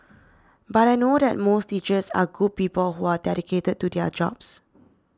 but I know that most teachers are good people who are dedicated to their jobs